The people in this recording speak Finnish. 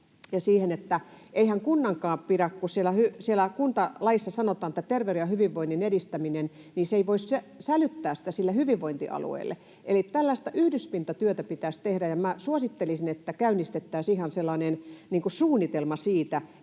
kuntalaissa sanotaan, että terveyden ja hyvinvoinnin edistäminen, sälyttää sitä sille hyvinvointialueelle. Eli tällaista yhdyspintatyötä pitäisi tehdä, ja minä suosittelisin, että käynnistettäisiin ihan sellainen